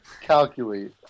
Calculate